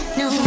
no